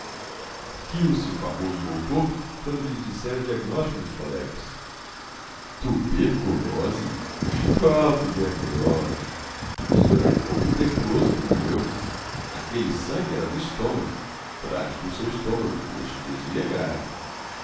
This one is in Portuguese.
riu-se o famoso doutor quando lhe dissera o diagnóstico dos colegas tuberculose qual tuberculose o senhor é tão tuberculoso como eu aquele sangue era do estômago trate do seu estômago que este desvio é grave